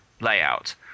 layout